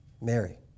Mary